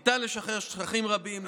כך ניתן לשחרר שטחים רבים,